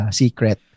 secret